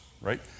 right